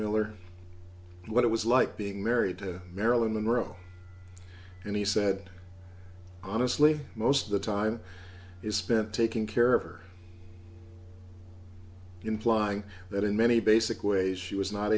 miller what it was like being married to marilyn monroe and he said honestly most of the time is spent taking care of her implying that in many basic ways she was not